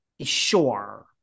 sure